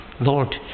Lord